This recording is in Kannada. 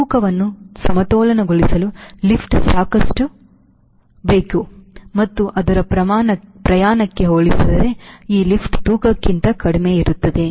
ಆದ್ದರಿಂದ ತೂಕವನ್ನು ಸಮತೋಲನಗೊಳಿಸಲು ಲಿಫ್ಟ್ ಸಾಕಷ್ಟು ಸಾಕಾಗಬೇಕು ಮತ್ತು ಅದರ ಪ್ರಯಾಣಕ್ಕೆ ಹೋಲಿಸಿದರೆ ಈ ಲಿಫ್ಟ್ ತೂಕಕ್ಕಿಂತ ಕಡಿಮೆಯಿರುತ್ತದೆ